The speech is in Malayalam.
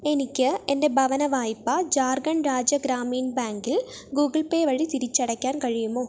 എനിക്ക് എൻ്റെ ഭവനവായ്പ ജാർഖണ്ഡ് രാജ്യ ഗ്രാമീൺ ബാങ്കിൽ ഗൂഗിൾ പേ വഴി തിരിച്ചടയ്ക്കാൻ കഴിയുമോ